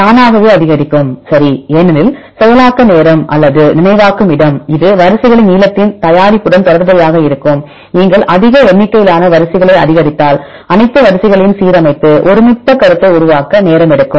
தானாகவே அதிகரிக்கும் சரி ஏனெனில் செயலாக்க நேரம் அல்லது நினைவாக்கும் இடம் இது வரிசைகளின் நீளத்தின் தயாரிப்புடன் தொடர்புடையதாக இருக்கும் நீங்கள் அதிக எண்ணிக்கையிலான வரிசைகளை அதிகரித்தால் அனைத்து வரிசைகளையும் சீரமைத்து ஒருமித்த கருத்தை உருவாக்க நேரம் எடுக்கும்